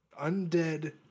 undead